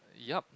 yup